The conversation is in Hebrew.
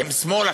אתם שמאל,